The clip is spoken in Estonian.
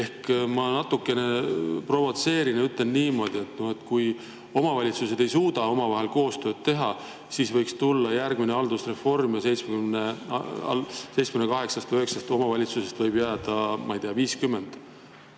Ma natukene provotseerin ja ütlen niimoodi, et kui omavalitsused ei suuda omavahel koostööd teha, siis võiks tulla järgmine haldusreform ja 78 või 79 omavalitsusest võib jääda, ma ei tea, 50.